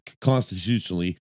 constitutionally